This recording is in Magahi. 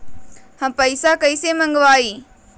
हम पैसा कईसे मंगवाई?